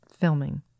filming